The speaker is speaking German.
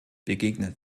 begegnet